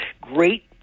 great